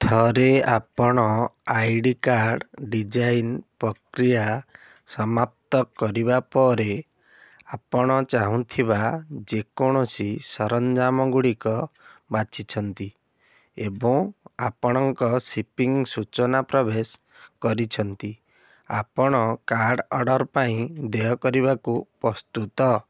ଥରେ ଆପଣ I D card design ପ୍ରକ୍ରିୟା ସମାପ୍ତ କରିବା ପରେ ଆପଣ ଚାହୁଁଥିବା ଯେକୌଣସି ସରଞ୍ଜାମ ଗୁଡ଼ିକ ବାଛିଛନ୍ତି ଏବଂ ଆପଣଙ୍କ ଶିପିଙ୍ଗ ସୂଚନା ପ୍ରବେଶ କରିଛନ୍ତି ଆପଣ କାର୍ଡ଼ ଅର୍ଡ଼ର୍ ପାଇଁ ବ୍ୟୟ କରିବାକୁ ପ୍ରସ୍ତୁତ